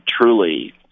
truly